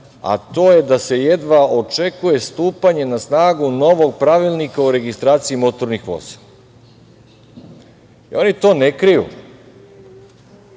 a to je da se jedva čeka stupanje na snagu novog pravilnika o registraciji motornih vozila. I oni to ne kriju.